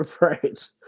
Right